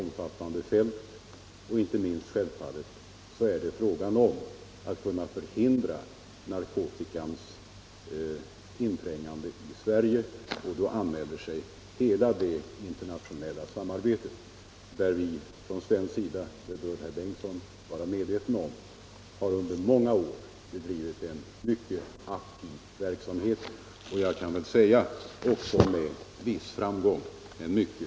Självfallet är det inte minst fråga om att förhindra att narkotika förs in i landet, och då anmäler sig hela det internationella samarbetet, där vi från svensk sida — det bör herr Bengtsson vara medveten om —- under många år bedrivit en mycket aktiv verksamhet.